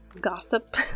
gossip